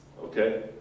Okay